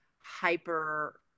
hyper